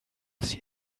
sie